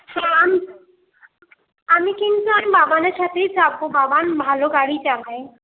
হ্যাঁ আমি আমি কিন্তু আমি বাবানের সাথেই চাপব বাবান ভালো গাড়ি চালায়